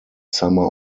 summer